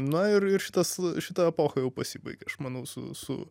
na ir ir šitas šita epocha jau pasibaigė aš manau su su